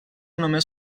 només